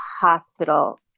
hospital